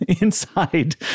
inside